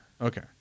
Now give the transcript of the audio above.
Okay